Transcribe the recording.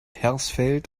hersfeld